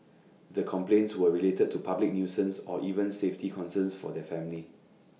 the complaints were related to public nuisance or even safety concerns for their families